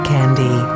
Candy